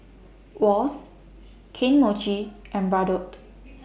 Wall's Kane Mochi and Bardot